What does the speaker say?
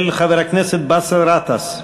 של חבר הכנסת באסל גטאס.